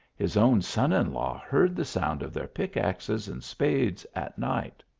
his own son-in law heard the sound of their pick-axes and spades at night.